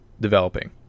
developing